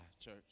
church